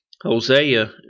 Hosea